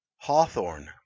Hawthorne